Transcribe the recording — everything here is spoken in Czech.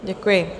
Děkuji.